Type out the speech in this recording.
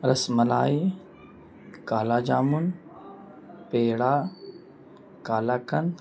رس ملائی کالا جامن پیڑا قلاقند